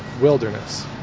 wilderness